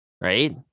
right